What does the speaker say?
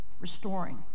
restoring